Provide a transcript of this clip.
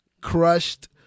crushed